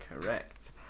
Correct